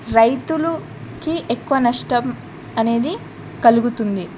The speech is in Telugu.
రైతులుకి ఎక్కువ నష్టం అనేది కలుగుతుంది